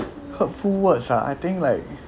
hurtful words ah I think like